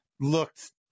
looked